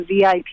VIP